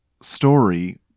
story